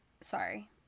Sorry